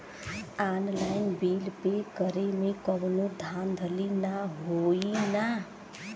Online bill pay करे में कौनो धांधली ना होई ना?